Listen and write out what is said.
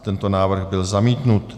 Tento návrh byl zamítnut.